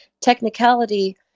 technicality